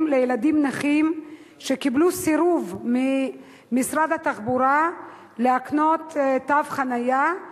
לילדים נכים שקיבלו סירוב ממשרד התחבורה להקנות תו חנייה,